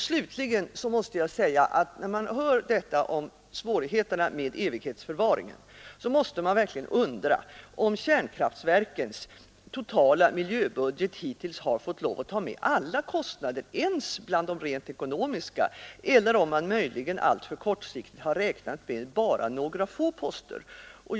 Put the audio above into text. Slutligen undrar jag verkligen när jag hör uppgifterna om svårigheterna med evighetsförvaringen om man hittills i kärnkraftverkens miljöbudget räknat in ens alla de rent ekonomiska kostnaderna, eller om man möjligen alltför kortsiktigt räknat bara med några få av posterna i detta sammanhang.